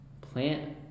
plant